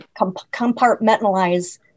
compartmentalize